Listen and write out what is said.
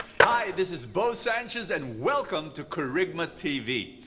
hi! this is bo sanchez and welcome to kerygma tv.